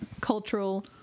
cultural